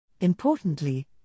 Importantly